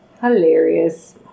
Hilarious